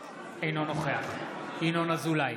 אינו נוכח ינון אזולאי,